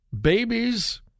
Babies